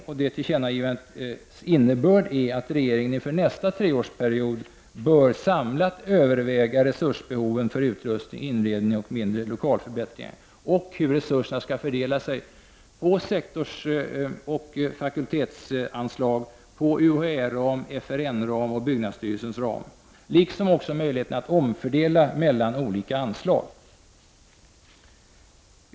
Innebörden av detta är att regeringen inför nästa treårsperiod samlat bör överväga resursbehoven för utrustning, inredning och mindre lokalförbättringar samt hur resurserna skall fördelas på sektorsanslag, fakultetsanslag, UHÄ ram, FRN-ram och byggnadsstyrelsens ram, liksom också möjligheterna att omfördela mellan olika anslag.